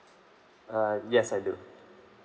uh yes I do